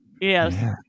yes